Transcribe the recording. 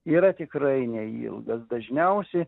yra tikrai neilgas dažniausiai